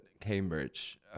Cambridge